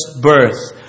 birth